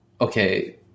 okay